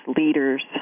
leaders